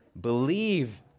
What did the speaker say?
believe